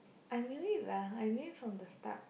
I knew it lah I knew it from the start